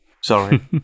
Sorry